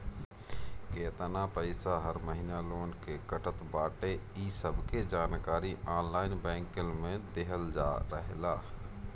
केतना पईसा हर महिना लोन के कटत बाटे इ सबके जानकारी ऑनलाइन बैंकिंग में देहल रहेला